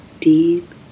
deep